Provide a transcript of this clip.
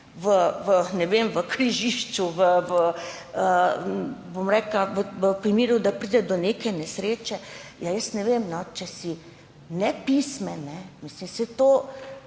v križišču, v primeru, da pride do neke nesreče, jaz ne vem, če si nepismen, mislim, otroci,